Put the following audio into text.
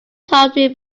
tawdry